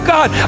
God